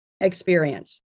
experience